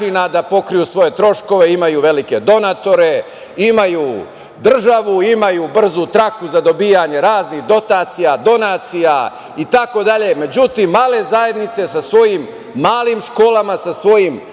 da pokriju svoje troškove, imaju velike donatore, imaju državu, imaju brzu traku za dobijanje raznih dotacija, donacija itd. Međutim, male zajednice sa svojim malim školama, sa svojim